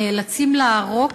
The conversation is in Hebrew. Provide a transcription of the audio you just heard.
נאלצים לערוק